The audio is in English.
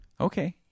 Okay